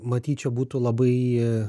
matyt čia būtų labai